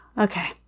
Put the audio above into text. Okay